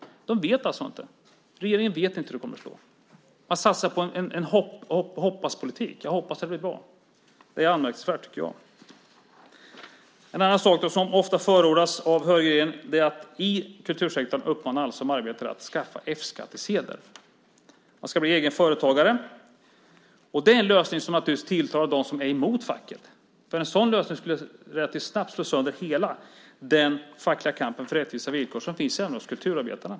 Regeringen vet alltså inte hur detta kommer att slå. Det är anmärkningsvärt att man satsar på en hoppas-politik och hoppas att det blir bra. En annan sak som ofta förordas av högerregeringen är att man som arbetare i kultursektorn skaffar F-skattsedel. Man uppmanas att göra det; man ska bli egenföretagare. Det är en lösning som tilltalar dem som är emot facket. En sådan lösning skulle relativt snabbt slå sönder hela den fackliga kampen för rättvisa villkor som finns även hos kulturarbetarna.